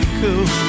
cool